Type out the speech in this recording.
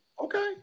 Okay